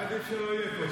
היה עדיף שהוא לא יהיה פה.